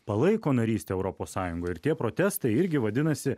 palaiko narystę europos sąjungoj ir tie protestai irgi vadinasi